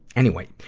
anyway.